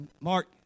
Mark